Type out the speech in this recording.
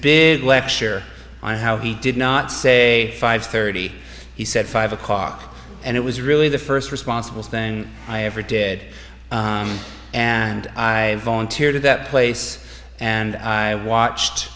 big lecture on how he did not say five thirty he said five o'clock and it was really the first responsible thing i ever did and i volunteered at that place and i watched